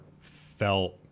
felt